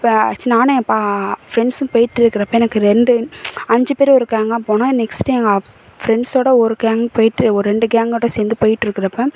இப்போ சி நானும் பா ஃப்ரெண்ட்ஸும் போயிட்டு இருக்கிறப்ப எனக்கு ரெண்டு அஞ்சு பேர் ஒரு கேங்காக போனோம் நெக்ஸ்ட்டு எங்கள் அப் ஃப்ரெண்ட்ஸோடு ஒரு கேங்க் போயிட்டு ஒரு ரெண்டு கேங்கோடு சேர்ந்து போயிட்டு இருக்கிறப்ப